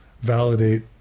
validate